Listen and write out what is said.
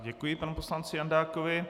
Děkuji panu poslanci Jandákovi.